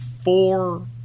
Four